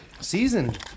seasoned